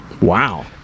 Wow